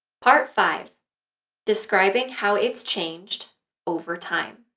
part five describing how it's changed over time.